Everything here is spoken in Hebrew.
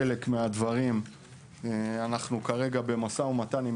לגבי חלק מהדברים אנחנו כרגע במשא ומתן עם